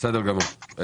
בסדר גמור.